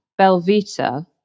belvita